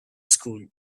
school